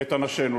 את אנשינו,